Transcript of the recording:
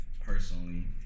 personally